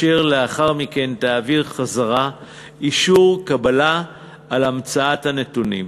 ולאחר מכן היא תעביר חזרה אישור קבלה על המצאת הנתונים,